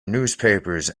newspapers